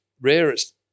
rarest